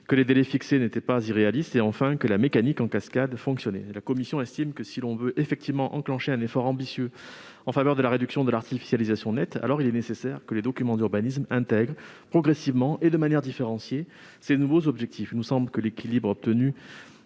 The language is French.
que les délais fixés n'étaient pas irréalistes et, enfin, que le mécanisme en cascade fonctionnait. La commission estime que, si l'on veut faire des efforts ambitieux en faveur de la réduction de l'artificialisation, il est nécessaire que les documents d'urbanisme intègrent progressivement, et de manière différenciée, ces nouveaux objectifs. Il nous semble que l'équilibre obtenu